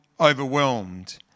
overwhelmed